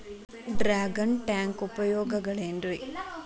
Dragon tank ಉಪಯೋಗಗಳೆನ್ರಿ?